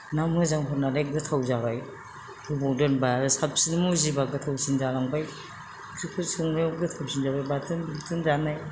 ना मोजांफोरनालाय गोथाव जाबाय गोबाव दोनब्ला आरो साबसिन मुजिबा गोथावसिन जालांबाय बेफोर संनायाव गोथावसिन जाबाय बाथोन बुथोन जानाय